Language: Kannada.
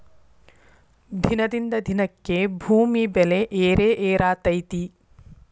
ದಿನದಿಂದ ದಿನಕ್ಕೆ ಭೂಮಿ ಬೆಲೆ ಏರೆಏರಾತೈತಿ